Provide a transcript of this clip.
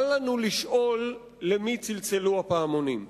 אל לנו לשאול למי צלצלו הפעמונים.